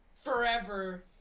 forever